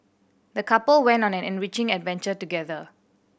the couple went on an enriching adventure together